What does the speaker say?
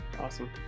Awesome